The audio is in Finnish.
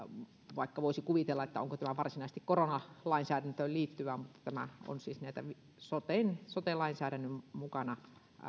vaikka voisi pohtia onko tämä varsinaisesti koronalainsäädäntöön liittyvä mutta tämä on siis näitä sote lainsäädännön mukana